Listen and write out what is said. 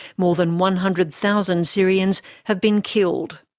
more than one hundred thousand syrians have been killed.